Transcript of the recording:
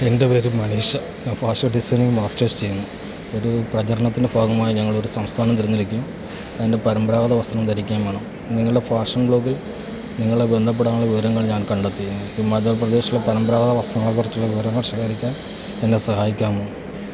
എൻ്റെ പേര് മനീഷ ഞാൻ ഫാഷന് ഡിസൈനിൽ മാസ്റ്റേഴ്സ് ചെയ്യുന്നു ഒരു പ്രചരണത്തിന്റെ ഭാഗമായി ഞങ്ങളൊരു സംസ്ഥാനം തിരഞ്ഞെടുക്കുകയും അതിന്റെ പരമ്പരാഗത വസ്ത്രം ധരിക്കുകയും വേണം നിങ്ങളുടെ ഫാഷൻ ബ്ലോഗിൽ നിങ്ങളെ ബന്ധപ്പെടാനുള്ള വിവരങ്ങൾ ഞാൻ കണ്ടെത്തി ഹിമാചൽപ്രദേശിലെ പരമ്പരാഗത വസ്ത്രങ്ങളെക്കുറിച്ചുള്ള വിവരങ്ങൾ ശേഖരിക്കാൻ എന്നെ സഹായിക്കാമോ